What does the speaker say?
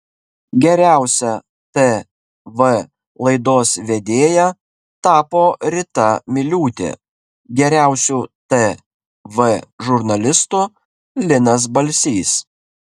geriausia tv laidos vedėja tapo rita miliūtė geriausiu tv žurnalistu linas balsys